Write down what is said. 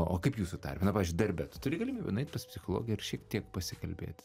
o kaip jūsų tarpe na pavyzdžiui darbe turi galimybių nueit pas psichologą ir šiek tiek pasikalbėt